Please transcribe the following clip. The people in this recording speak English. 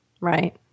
Right